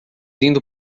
indo